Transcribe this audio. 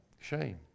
Shame